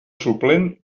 suplent